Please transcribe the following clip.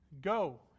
Go